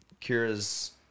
Kira's